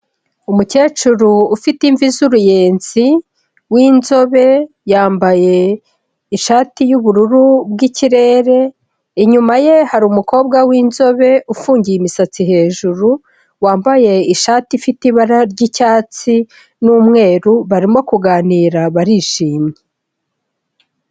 Umukecuru ufite imvi z'uruyenzi w'inzobe, yambaye ishati y'ubururu bw'ikirere, inyuma ye hari umukobwa w'inzobe ufungiye imisatsi hejuru, wambaye ishati ifite ibara ry'icyatsi n'umweru, barimo kuganira, barishimye.